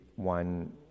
One